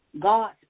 God